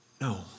No